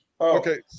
Okay